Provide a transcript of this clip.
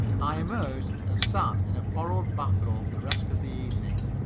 i emerged and sat in a borrowed bathrobe the rest of the evening.